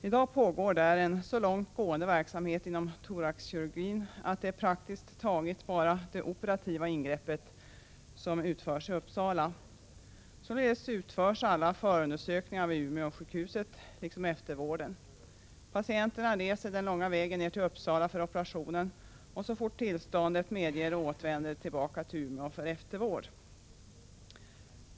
I dag pågår där en så långt gående verksamhet inom thoraxkirurgin att det är praktiskt taget bara det operativa ingreppet som utförs i Uppsala. Således sker alla förundersökningar vid Umeå sjukhus liksom eftervården. Patienterna reser den långa vägen ner till Uppsala för operationen, men så fort tillståndet medger det återvänder de till Umeå för eftervård.